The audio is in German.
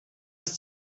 ist